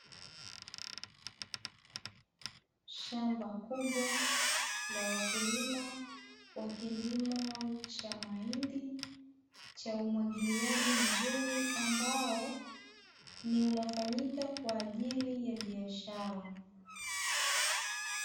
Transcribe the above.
Shamba kubwa la wakulima wa kilimo cha mahindi cha umwagiliaji mzuri, ambao ni unafanyika kwa ajili ya biashara.